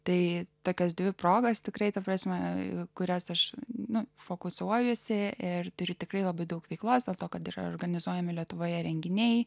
tai tokias dvi progas tikrai ta prasme kurias aš nu fokusuojuosi eteryje tikrai labai daug veiklos dėl to kad yra organizuojami lietuvoje renginiai